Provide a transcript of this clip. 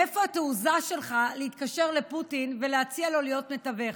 מאיפה התעוזה שלך להתקשר לפוטין ולהציע לו להיות מתווך?